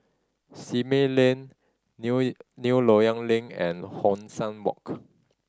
Simei Lane New New Loyang Link and Hong San Walk